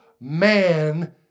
man